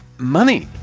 money